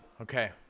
Okay